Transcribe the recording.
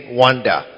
wonder